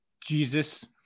Jesus